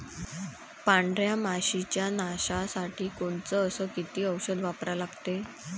पांढऱ्या माशी च्या नाशा साठी कोनचं अस किती औषध वापरा लागते?